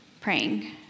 praying